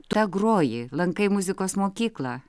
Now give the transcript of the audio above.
ta groji lankai muzikos mokyklą